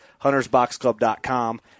HuntersBoxClub.com